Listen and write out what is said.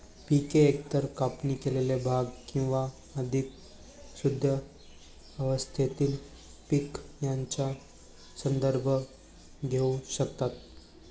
पिके एकतर कापणी केलेले भाग किंवा अधिक शुद्ध अवस्थेतील पीक यांचा संदर्भ घेऊ शकतात